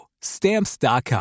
Stamps.com